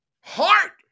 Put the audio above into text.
Heart